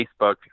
Facebook